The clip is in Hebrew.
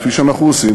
כפי שאנחנו עושים.